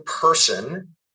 person